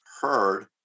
heard